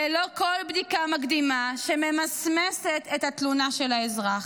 ללא כל בדיקה מקדימה שממסמסת את התלונה של האזרח.